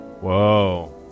Whoa